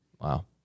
Wow